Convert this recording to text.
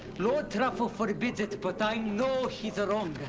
lord truffle forbids it but i know he's wrong.